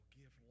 give